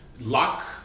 luck